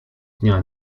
dnia